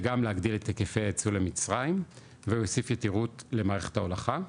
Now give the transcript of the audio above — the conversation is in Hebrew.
וגם להגדיל את היקפי הייצוא למצריים ויוסיף יתירות למערכת ההולכה,